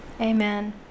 Amen